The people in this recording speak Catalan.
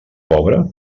pobre